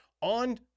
on